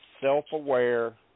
self-aware